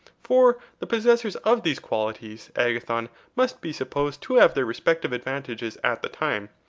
for the possessors of these qualities, agathon, must be supposed to have their respective advantages at the time,